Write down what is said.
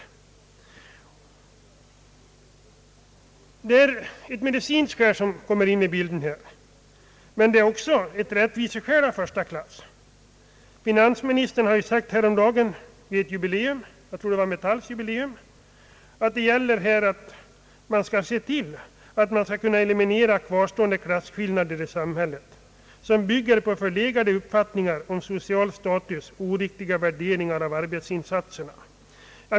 Även om medicinska skäl här kommer in i bilden finns också rättviseskäl av första klass. Finansministern sade häromdagen — jag tror att det var vid Metalls jubileum — att det gäller ait se till att eliminera kvarstående klasskillnader i samhället som bygger på förlegade uppfattningar om social status och oriktiga värderingar av arbetsinsatserna.